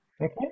Okay